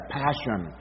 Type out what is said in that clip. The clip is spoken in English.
passion